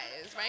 right